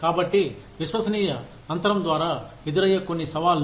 కాబట్టి విశ్వసనీయ అంతరం ద్వారా ఎదురయ్యే కొన్ని సవాళ్ళు